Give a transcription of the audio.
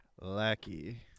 lackey